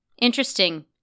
Interesting